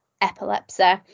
epilepsy